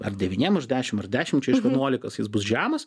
ar devyniem iš dešim ar dešimčiai iš vienuolikos jis bus žemas